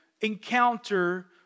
encounter